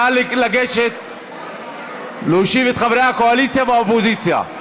נא לגשת ולהושיב את חברי הקואליציה והאופוזיציה.